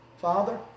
Father